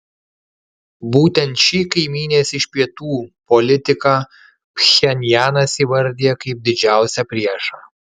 būtent šį kaimynės iš pietų politiką pchenjanas įvardija kaip didžiausią priešą